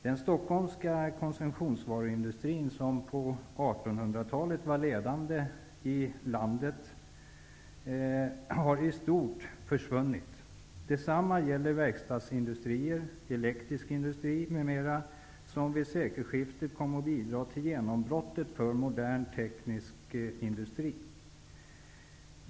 Den stockholmska konsumtionsvaruindustri som på 1800-talet var ledande i landet har i stort försvunnit. Detsamma gäller de verkstadsindustrier, elektrisk industri m.m., som vid sekelskiftet kom att bidra till genombrottet för modern teknisk industri.